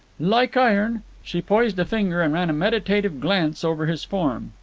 like iron. she poised a finger and ran a meditative glance over his form.